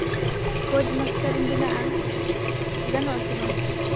ᱠᱳᱪ ᱢᱟᱥᱴᱟᱨᱤᱧ ᱵᱮᱱᱟᱜᱼᱟ ᱜᱟᱱᱚᱜᱼᱟ ᱥᱮ ᱵᱟᱝ